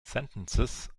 sentences